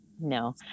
no